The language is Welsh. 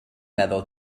meddwl